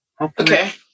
Okay